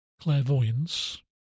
clairvoyance